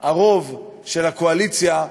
הרוב של הקואליציה,